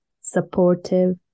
supportive